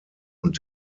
und